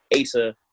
Asa